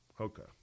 Okay